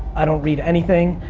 i don't read anything,